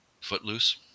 Footloose